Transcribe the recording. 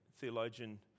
theologian